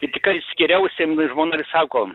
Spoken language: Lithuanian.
tai tikrai skyriausi žmona ir sako